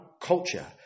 culture